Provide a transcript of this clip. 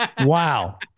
Wow